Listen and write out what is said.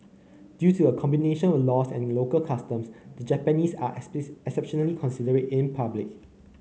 due to a combination of laws and local customs the Japanese are exceptionally considerate in public